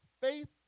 Faith